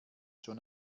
schon